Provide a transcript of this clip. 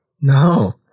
No